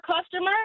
customer